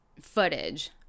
footage